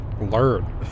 learn